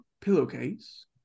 pillowcase